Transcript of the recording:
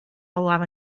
olaf